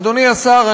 אדוני השר,